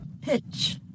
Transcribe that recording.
Pitch